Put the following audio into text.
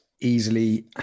easily